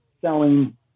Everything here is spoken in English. selling